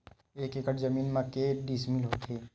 एक एकड़ जमीन मा के डिसमिल होथे?